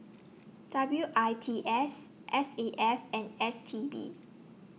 W I T S S A F and S T B